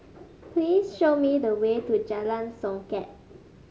please show me the way to Jalan Songket